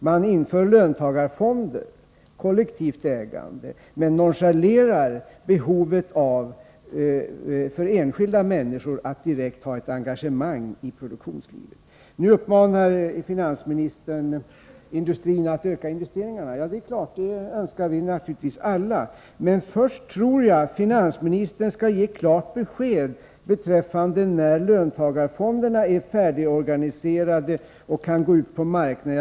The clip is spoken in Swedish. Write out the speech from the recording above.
Man inför löntagarfonder — kollektivt ägande — men nonchalerar behovet av att enskilda människor direkt tar ett engagemang i produktionslivet. Nu uppmanar finansministern industrin att öka investeringarna. Ja, det är klart — det önskar vi naturligtvis alla att industrin skall göra. Men jag anser att finansministern först skall ge klart besked om vid vilken tidpunkt löntagarfonderna är färdigorganiserade och kan gå ut på marknaden.